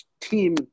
team